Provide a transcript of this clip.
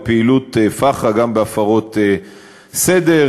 בפח"ע וגם בהפרות סדר,